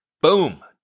Boom